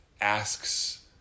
Asks